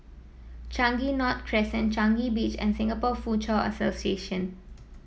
Changi North Crescent Changi Beach and Singapore Foochow Association